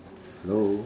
hello